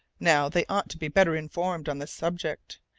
now, they ought to be better informed on this subject,